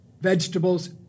vegetables